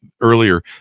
earlier